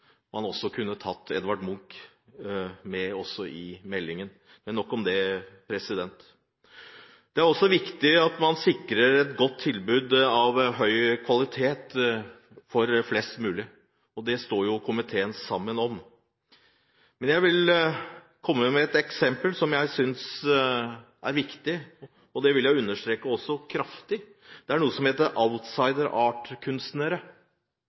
man kunne tatt Edvard Munch med også i meldingen. Men nok om det. Det er viktig at man sikrer et godt tilbud av høy kvalitet for flest mulig, og det står komiteen sammen om. Jeg vil komme med et eksempel som jeg synes er viktig, og det vil jeg understreke kraftig. Det er noe som heter